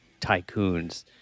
tycoons